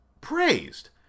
praised